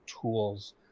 tools